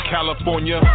California